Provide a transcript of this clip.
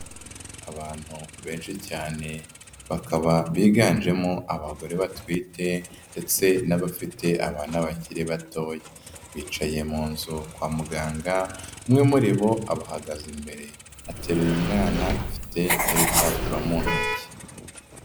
Abantu benshi cyane bakaba biganjemo abagore batwite ndetse n'abafite abana bakiri batoya. Bicaye mu nzu kwa muganga, umwe muri bo abahagaze imbere ateruye umwana afite n'ibipapuro mu ntoki.